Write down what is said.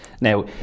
now